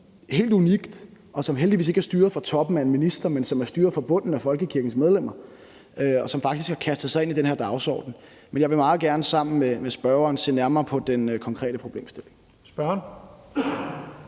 helt unikt, og som heldigvis ikke er styret fra toppen af en minister, men som er styret fra bunden af folkekirkens medlemmer, som faktisk har kastet sig ind i den her dagsorden. Men jeg vil meget gerne sammen med spørgeren se nærmere på den konkrete problemstilling.